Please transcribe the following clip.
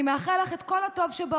אני מאחל לך את כל הטוב שבעולם,